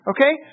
Okay